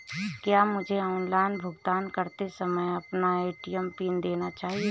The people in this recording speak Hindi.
क्या मुझे ऑनलाइन भुगतान करते समय अपना ए.टी.एम पिन देना चाहिए?